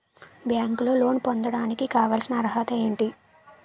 బ్యాంకులో లోన్ పొందడానికి కావాల్సిన అర్హత ఏంటి?